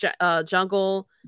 Jungle